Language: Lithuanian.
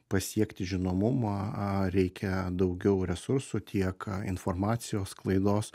pasiekti žinomumą reikia daugiau resursų tiek informacijos sklaidos